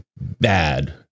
bad